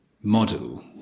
model